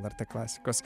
lrt klasikos